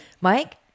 Mike